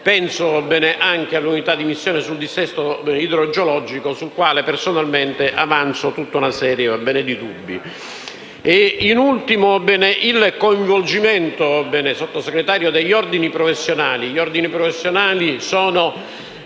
Penso anche alla struttura di missione contro il dissesto idrogeologico, sul quale personalmente avanzo una serie di dubbi. In ultimo, vi è il coinvolgimento, Sottosegretario, degli ordini professionali,